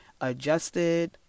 adjusted